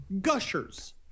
Gushers